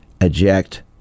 eject